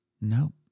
Nope